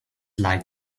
like